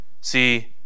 See